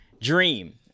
dream